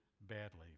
badly